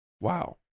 Wow